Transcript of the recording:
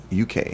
UK